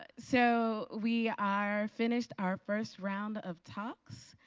but so, we are finished our first round of talks.